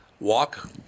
walk